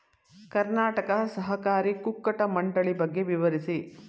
ಕರ್ನಾಟಕ ಸಹಕಾರಿ ಕುಕ್ಕಟ ಮಂಡಳಿ ಬಗ್ಗೆ ವಿವರಿಸಿ?